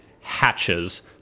hatches